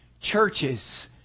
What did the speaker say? churches